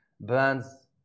brands